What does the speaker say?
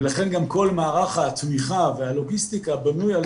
ולכן גם כל מערך התמיכה והלוגיסטיקה בנוי על